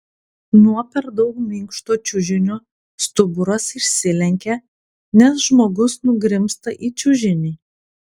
nuo per daug minkšto čiužinio stuburas išsilenkia nes žmogus nugrimzta į čiužinį